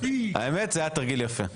האמת, זה היה תרגיל יפה.